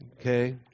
Okay